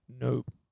nope